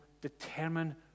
determine